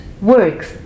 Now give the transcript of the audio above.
works